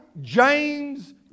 James